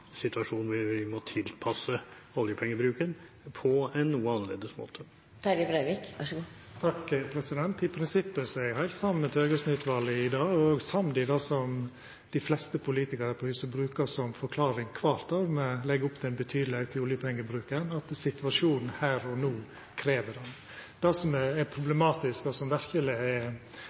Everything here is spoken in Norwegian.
vi må tilpasse oljepengebruken på en noe annerledes måte? I prinsippet er eg heilt samd med Thøgersen-utvalet i det. Eg er òg samd i det som dei fleste politikarane på huset brukar som forklaring kvart år me legg opp til ein betydeleg auke i oljepengebruken – at situasjonen her og no krev det. Det som er problematisk, og som verkeleg er